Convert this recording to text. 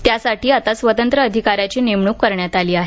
त्यासाठी आता स्वतंत्र अधिकाऱ्याची नेमणूक करण्यात आली आहे